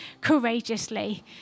courageously